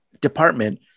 Department